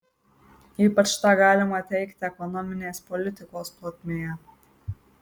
ypač tą galima teigti ekonominės politikos plotmėje